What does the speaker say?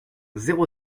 zéro